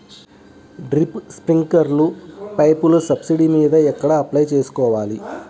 Drip, స్ప్రింకర్లు పైపులు subsidy మీద ఎక్కడ అప్లై చేసుకోవాలి?